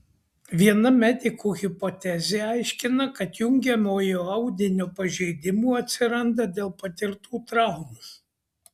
viena medikų hipotezė aiškina kad jungiamojo audinio pažeidimų atsiranda dėl patirtų traumų